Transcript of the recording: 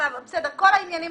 כל העניינים